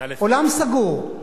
עולם סגור.